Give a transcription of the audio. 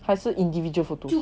还是 individual 而已